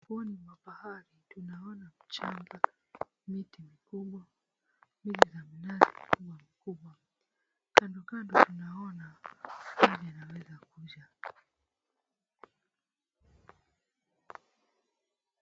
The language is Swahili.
Ufuoni mwa bahari tunaona michanga, miti mikubwa na miti ya minazi ikiwa mikubwa kando kando tunaona maji yanaweza kuja.